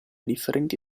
differenti